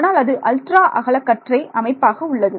ஆனால் அது அல்ட்ரா அகலக்கற்றை அமைப்பாக உள்ளது